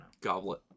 Goblet